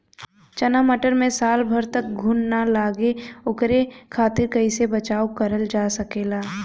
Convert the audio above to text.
चना मटर मे साल भर तक घून ना लगे ओकरे खातीर कइसे बचाव करल जा सकेला?